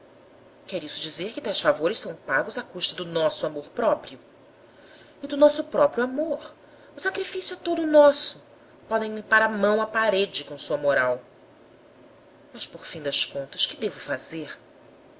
quer isso dizer que tais favores são pagos à custa do nosso amor próprio e do nosso próprio amor o sacrifício é todo nosso podem limpar a mão à parede com sua moral mas por fim das contas que devo fazer